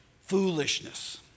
foolishness